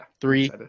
Three